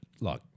Look